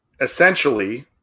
essentially